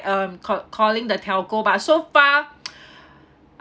um call calling the telco but so far